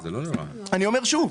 אני אומר שוב,